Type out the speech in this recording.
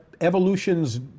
evolution's